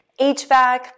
HVAC